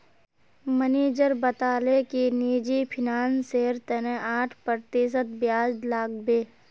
manager बताले कि निजी फिनांसेर तने आठ प्रतिशत ब्याज लागबे